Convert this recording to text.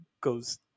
goes